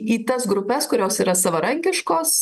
į tas grupes kurios yra savarankiškos